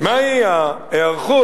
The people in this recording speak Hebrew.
מהי ההיערכות